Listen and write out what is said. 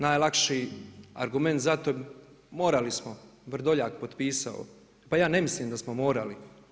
Najlakši argument za to, morali smo, Vrdoljak potpisao, pa ja ne mislim da smo morali.